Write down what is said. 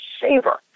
saver